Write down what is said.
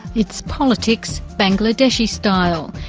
it's politics, bangladeshi-style.